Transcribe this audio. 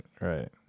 right